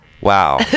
wow